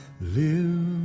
live